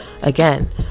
Again